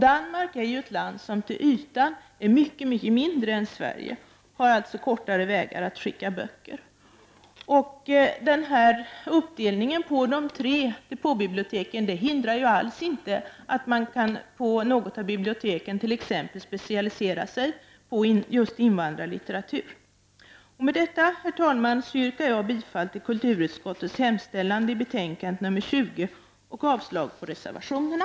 Danmark är till ytan mycket mindre än Sverige och har alltså kortare vägar att skicka böcker. Uppdelningen på tre depåbibliotek hindrar alls inte att man på något av biblioteken t.ex. kan specialisera sig på just invandrarlitteratur. Med detta, herr talman, yrkar jag bifall till kulturutskottets hemställan i betänkandet nr 20 och avslag på reservationerna.